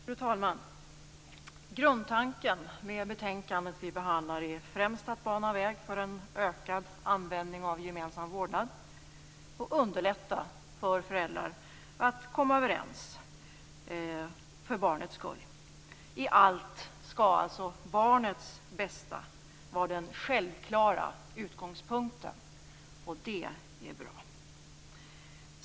Fru talman! Grundtanken med det betänkande vi behandlar är främst att bana väg för en ökad användning av gemensam vårdnad och underlätta för föräldrar att komma överens för barnets skull. I allt skall barnets bästa vara den självklara utgångspunkten. Det är bra.